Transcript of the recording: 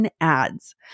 ads